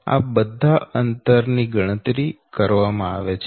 તેથીઆ બધા અંતર ની ગણતરી કરવામાં આવે છે